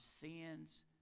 sins